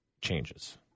changes